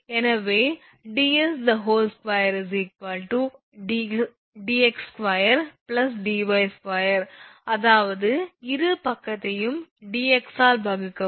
எனவே 2 2 2 அதாவது இரு பக்கத்தையும் dx ஆல் வகுக்கவும்